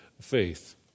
faith